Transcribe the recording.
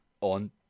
on